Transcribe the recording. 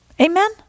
Amen